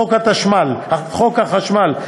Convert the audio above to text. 60. חוק החשמל,